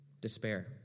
despair